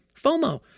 FOMO